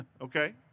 okay